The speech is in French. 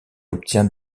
obtient